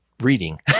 reading